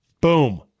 Boom